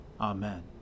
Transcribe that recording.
Amen